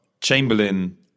Chamberlain